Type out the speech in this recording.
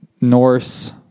Norse